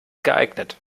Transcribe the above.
geeignet